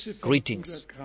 Greetings